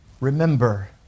remember